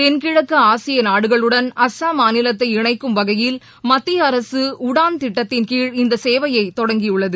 தெள்கிழக்கு ஆசிய நாடுகளுடன் அஸ்ஸாம் மாநிலத்தை இணைக்கும் வகையில் மத்திய அரசு உடான் திட்டத்தின் கீழ் இந்த சேவையை தொடங்கியுள்ளது